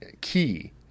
key